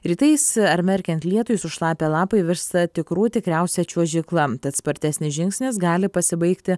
rytais ar merkiant lietui sušlapę lapai virsta tikrų tikriausia čiuožykla tad spartesnis žingsnis gali pasibaigti